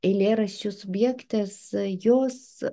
eilėraščių subjektas jos